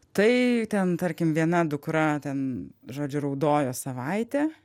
tai ten tarkim viena dukra ten žodžiu raudojo savaitę